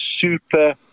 super